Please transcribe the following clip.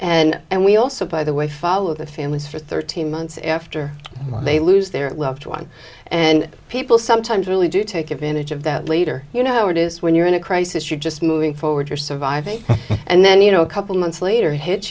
right and we also by the way follow the families for thirteen months after they lose their loved one and people sometimes really do take advantage of that later you know it is when you're in a crisis you're just moving forward you're surviving and then you know a couple months later hit